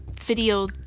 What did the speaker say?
video